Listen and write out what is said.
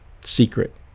secret